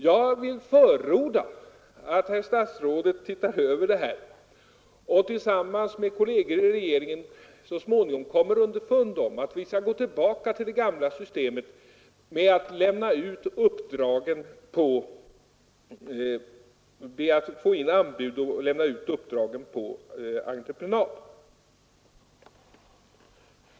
Jag vill förorda att statsrådet tittar över det här och tillsammans med kolleger i regeringen så småningom kommer underfund med att vi kan gå tillbaka till det gamla systemet med att ta in anbud och lämna ut uppdrag på entreprenad.